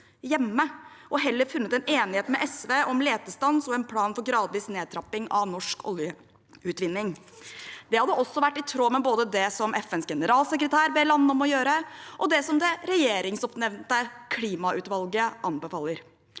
og heller funnet en enighet med SV om letestans og en plan for gradvis nedtrapping av norsk oljeutvinning. Det hadde også vært i tråd med både det FNs generalsekretær ber landene om å gjøre, og det som det regjeringsoppnevnte klimautvalget anbefaler.